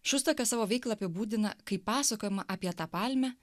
šustakas savo veiklą apibūdina kaip pasakojimą apie tą palmę